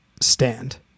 stand